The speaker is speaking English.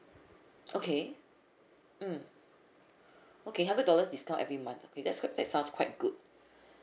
okay mm okay hundred dollars discount every month okay that's good that sounds quite good